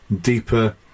deeper